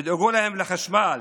תדאגו להם לחשמל,